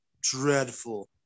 dreadful